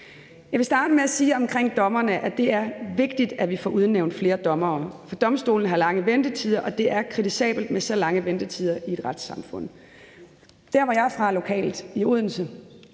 Jeg vil starte med at sige om dommerne, at det er vigtigt, at vi får udnævnt flere dommere, for domstolene har lange ventetider, og det er kritisabelt med så lange ventetider i et retssamfund. Der, hvor jeg er fra lokalt i Odense,